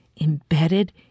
embedded